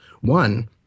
One